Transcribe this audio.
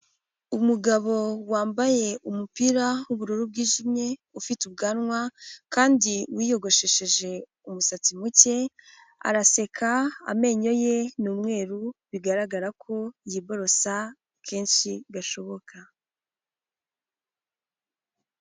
Umugabo wambaye umupira w'ubururu bwijimye, ufite ubwanwa kandi wiyogoshesheje umusatsi mucye, araseka amenyoye ni umweruru bigaragara ko yiborosa kenshi gashoboka.